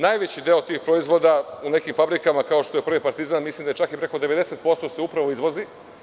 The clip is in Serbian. Najveći deo tih proizvoda u nekim fabrikama, kao što je „Prvi Partizan“, mislim da se čak i preko 90% upravo izvozi.